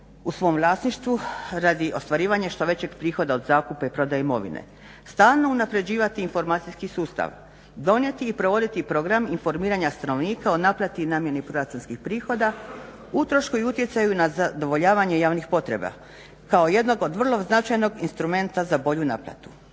u svom vlasništvu radi ostvarivanja što većeg prihoda od zakupa i prodaje imovine. Stalno unapređivati informacijski sustav, donijeti i provoditi program informiranja stanovnika o naplati i namjeni proračunskih prihoda, utrošku i utjecaju na zadovoljavanje javnih potreba kao jednog od vrlo značajnog instrumenta za bolju naplatu.